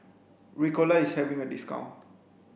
ricola is having a discount